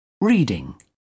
Reading